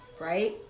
right